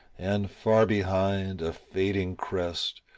and far behind, a fading crest,